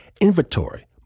inventory